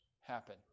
happen